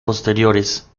posteriores